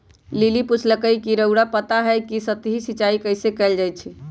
lily पुछलई ह कि रउरा पता हई कि सतही सिंचाई कइसे कैल जाई छई